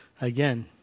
again